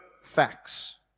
facts